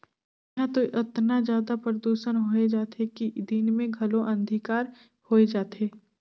इहां तो अतना जादा परदूसन होए जाथे कि दिन मे घलो अंधिकार होए जाथे